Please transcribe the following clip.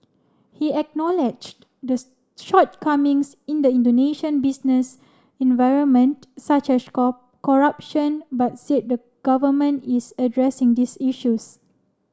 he acknowledged the shortcomings in the Indonesian business environment such as corruption but said the government is addressing these issues